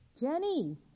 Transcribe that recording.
Jenny